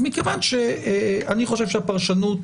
מכיוון שאני חושב שהפרשנות